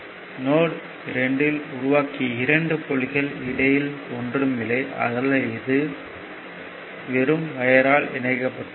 note 2 உருவாக்கிய இரண்டு புள்ளிகளின் இடையில் ஒன்றும் இல்லை ஆதலால் இதை வெறும் வையர் ஆல் இணைக்கப்பட்டுள்ளது